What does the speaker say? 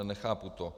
Nechápu to.